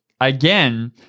again